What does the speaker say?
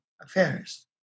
affairs